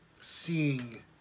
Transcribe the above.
seeing